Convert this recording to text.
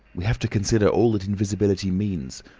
we have to consider all that invisibility means,